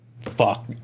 fuck